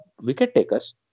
wicket-takers